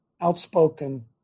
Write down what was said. outspoken